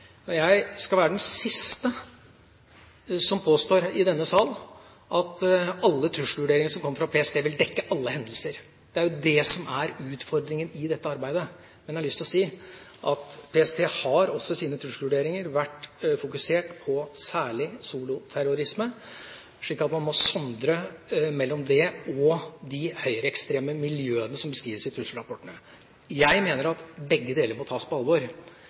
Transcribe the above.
Og jeg skal være den siste i denne sal som påstår at alle trusselvurderinger som kommer fra PST, vil dekke alle hendelser. Det er jo det som er utfordringen i dette arbeidet. Men jeg har lyst til å si at PST i sine trusselvurderinger har vært fokusert særlig på soloterrorisme, slik at man må sondre mellom det og de høyreekstreme miljøene som beskrives i trusselrapportene. Jeg mener at begge deler må tas på alvor.